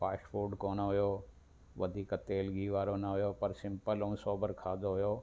fast food कोन हुयो वधीक तेलु गिह वारो न हुयो पर सिंपल ऐं सोबर खाधो हुयो